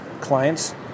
clients